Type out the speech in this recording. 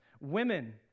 Women